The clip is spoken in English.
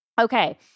Okay